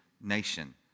nation